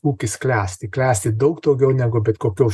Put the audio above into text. ūkis klesti klesti daug daugiau negu bet kokios